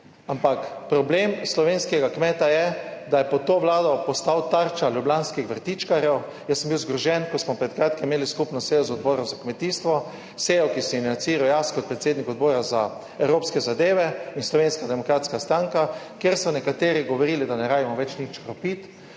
Ampak problem slovenskega kmeta je, da je pod to vlado postal tarča ljubljanskih vrtičkarjev. Jaz sem bil zgrožen, ko smo pred kratkim imeli skupno sejo z Odborom za kmetijstvo, sejo ki sem jo / nerazumljivo/ jaz kot predsednik Odbora za Evropske zadeve in Slovenska demokratska stranka, kjer so nekateri govorili, da ne rabimo več nič škropiti,